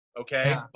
Okay